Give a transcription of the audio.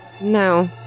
No